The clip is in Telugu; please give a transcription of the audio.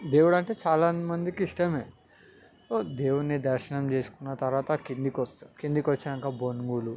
దేవుడు అంటే చాలా మందికి ఇష్టమే దేవుడిని దర్శనం చేసుకున్న తర్వాత కిందకు వస్తాం కిందికి వచ్చినాక బనువూలు